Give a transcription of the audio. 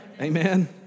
Amen